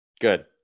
Good